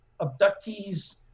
abductees